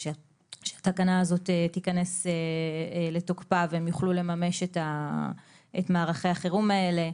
שהתקנה הזאת תיכנס לתוקפה והם יוכלו לממש את מערכי החירום האלה.